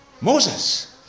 Moses